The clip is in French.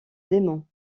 démons